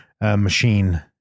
machine